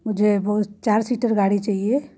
मुझे वो चार सीटर गाड़ी चाहिए